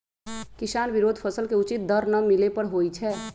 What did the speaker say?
किसान विरोध फसल के उचित दर न मिले पर होई छै